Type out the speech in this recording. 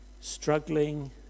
Struggling